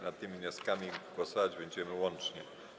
Nad tymi wnioskami głosować będziemy łącznie.